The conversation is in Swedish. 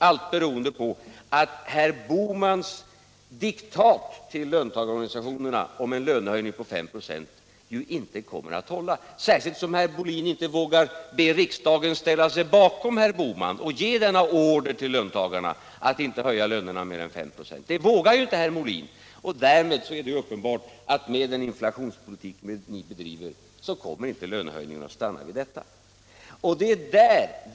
Allt detta beror på att herr Bohmans diktat till löntagarorganisationerna om en lönehöjning på 5 96 ju inte kommer att hålla, särskilt som herr Molin inte vågar be riksdagen ställa sig bakom herr Bohman och ge order om att lönerna inte får höjas med mera än 5 96. Eftersom herr Molin inte vågar detta, är det uppenbart att lönehöjningarna inte kommer att stanna vid 5 96.